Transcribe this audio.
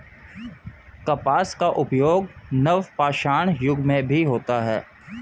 कपास का उपयोग नवपाषाण युग में भी होता था